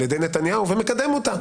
על ידי נתניהו ומקדם אותה.